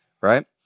right